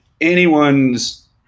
anyone's